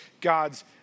God's